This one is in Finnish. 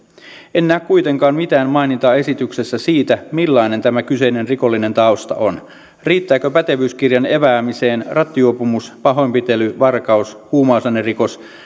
en näe kuitenkaan mitään mainintaa esityksessä siitä millainen tämä kyseinen rikollinen tausta on riittääkö pätevyyskirjan epäämiseen rattijuopumus pahoinpitely varkaus huumausainerikos